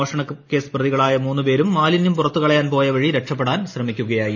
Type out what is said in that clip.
മോഷണക്കേസ് പ്രതികളായ മൂന്നുപേരും മാലിനൃം പുറത്തുകളയാൻ പോയവഴി രക്ഷപ്പെടാൻ ശ്രമിക്കുകയായിരുന്നു